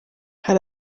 hari